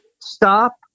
stop